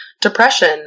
depression